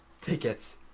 tickets